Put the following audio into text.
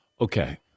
Okay